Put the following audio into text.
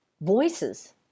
voices